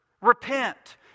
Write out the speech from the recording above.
Repent